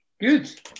Good